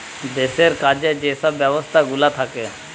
দেশের কাজে যে সব ব্যবস্থাগুলা থাকে